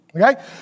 okay